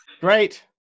great